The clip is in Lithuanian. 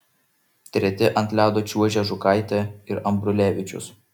treti ant ledo čiuožė žukaitė ir ambrulevičius